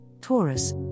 Taurus